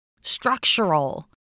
structural